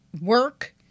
work